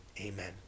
Amen